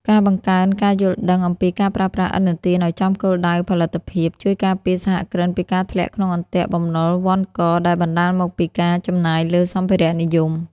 ការបង្កើនការយល់ដឹងអំពីការប្រើប្រាស់ឥណទានឱ្យចំគោលដៅផលិតភាព ជួយការពារសហគ្រិនពីការធ្លាក់ក្នុងអន្ទាក់បំណុលវណ្ឌកដែលបណ្ដាលមកពីការចំណាយលើសម្ភារៈនិយម។